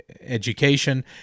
education